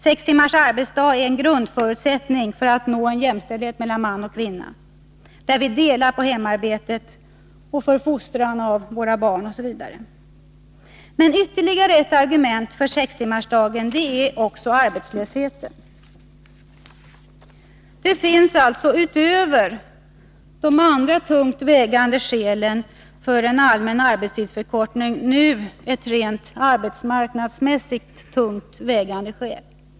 Sex timmars arbetsdag är en grundförutsättning för att vi skall kunna nå jämställdhet mellan man och kvinna, där vi delar på hemarbetet, på fostran av barnen osv. Ytterligare ett argument för sextimmarsdagen är arbetslösheten. Det finns alltså utöver de andra tungt vägande skälen för en allmän arbetstidsförkortning nu också ett rent arbetsmarknadsmässigt tungt vägande skäl.